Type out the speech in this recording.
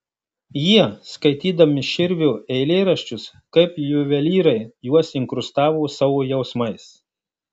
jie skaitydami širvio eilėraščius kaip juvelyrai juos inkrustavo savo jausmais